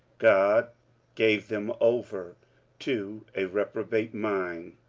god gave them over to a reprobate mind,